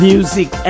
Music